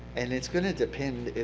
and it's going to depend,